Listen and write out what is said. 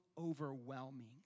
overwhelming